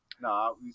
no